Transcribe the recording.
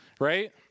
right